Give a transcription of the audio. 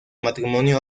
matrimonio